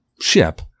ship